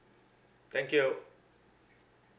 thank you